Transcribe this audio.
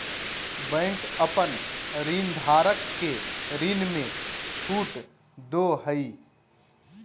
bank अपन ऋणधारक के ऋण में छुट दो हइ